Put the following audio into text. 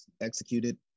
executed